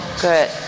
Good